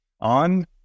on